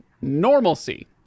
normalcy